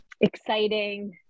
exciting